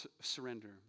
surrender